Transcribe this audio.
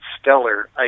stellar